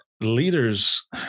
leaders